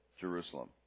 Jerusalem